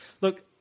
Look